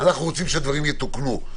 אנחנו רוצים שהדברים יתוקנו.